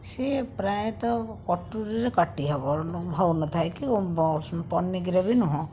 ସେ ପ୍ରାୟତଃ କଟୁରୀରେ କାଟି ହେବ ହେଉନଥାଏ କି ପନିକିରେ ବି ନୁହେଁ